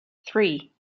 three